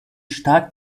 stark